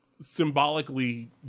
symbolically